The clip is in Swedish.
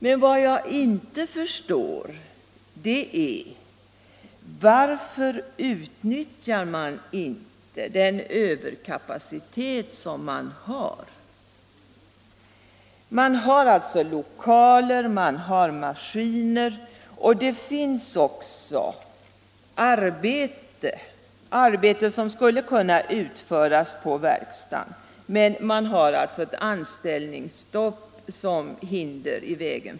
Men vad jag inte förstår är varför man inte utnyttjar den överkapacitet som finns. Man har alltså lokaler, maskiner och arbete som skulle kunna utföras på verkstaden. Men ett anställningsstopp lägger hinder i vägen.